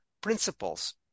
principles